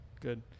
good